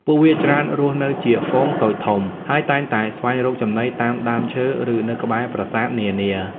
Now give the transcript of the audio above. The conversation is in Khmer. ពួកវាច្រើនរស់នៅជាហ្វូងតូចធំ ហើយតែងតែស្វែងរកចំណីតាមដើមឈើ ឬនៅក្បែរប្រាសាទនានា។